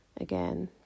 again